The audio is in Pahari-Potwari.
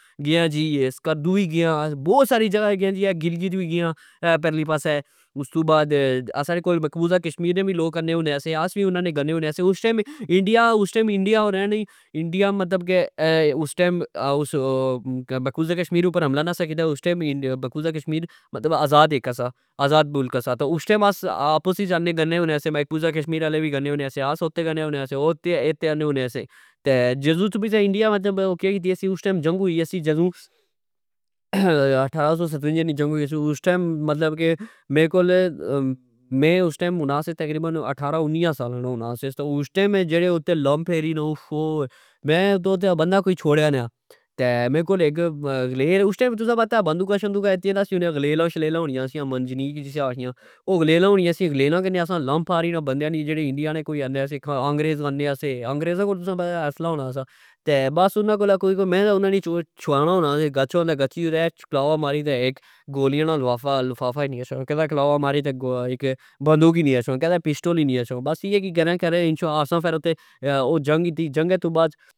گئے آجی سکردو وی گئے آ بوت ساری جگہ گئے آجی گلگت وی گئے آ اے پرلی پاسہ ۔استو بعد ساڑے کول مکبوذا کشمیر نے وی لوک آنے ہونے سے آس وی گنے ہونے سیاں اس ٹئم انڈیا او رہنے ای اس ٹئم مکبوذا کشمیراپر حملہ نئی سا کیتا اس ٹئم مکبوزا کشمیر آزراد سا آزاد ملک سا اس ٹئم آپس وچ آنےگنے ہونے سیاں مکبوزا کشمیر آلے وی گنے ہونے سیاں او اتھہ آنے ہونے سے جنگو اس ٹئم انڈیا کہ کیتا کہ اس ٹئم جنگ ہوئی گئی سی جدو<>اٹھارا سو ستونجا نی جدو جنگ ہوئی گئی سی اس ٹئم مطلب کہ میرے کول میں اس ٹئم ہونا سا اٹھارا انیا سالا نا ہونا سا۔ اسٹئم اتھے میں جیڑی لم پھیری نا میں اتھے بندا کوئی چھوڑیا نا تہ میرے کول اک گلیل اس ٹئم تسا کی پتا بندوقا شوقا نئی سیا ہونیا گلیلا ہونیا سیا منجنیق جس کی آکھنے او گلیلاں کنی اسا لم لم پھالی شوڑی جیڑانڈیا نے آنے ہونے سے سکھ انگریزآنے سے انا کول تسا کی پتا اصحلہ ہونا سا تہ بس میں انا کی چھڑوانا ہونا سا کہ گچھو تہ رہہ وچ کلاوا ماری تہ اک گولیاں نا لفافاکنی اچھو ،کدہ کلاوا ماری تہ بندوق کنی اچھا، کدہ پسٹل کنی اچھا ۔بس اییہ کرنے کرنے اسااتھہ جنگ کیتی جنگ کرنے تو بعد